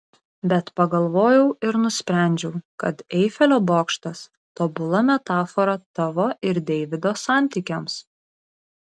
bet pagalvojau ir nusprendžiau kad eifelio bokštas tobula metafora tavo ir deivido santykiams